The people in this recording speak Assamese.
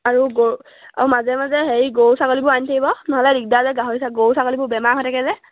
আৰু গৰু আৰু মাজে মাজে হেৰি গৰু ছাগলীবোৰ আনি থাকিব নহ'লে দিগদাৰ যে গাহৰি গৰু ছাগলীবোৰ বেমাৰ হৈ থাকে যে